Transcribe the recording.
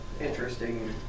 interesting